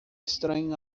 estranho